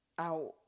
out